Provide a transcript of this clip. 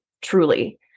truly